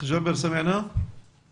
אנחנו ננסה ליצור קשר.